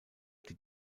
die